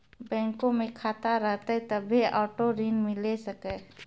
बैंको मे खाता रहतै तभ्भे आटो ऋण मिले सकै